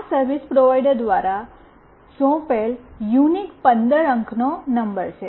આ service provider દ્વારા સોંપેલ યુનિક 15 અંકનો નંબર છે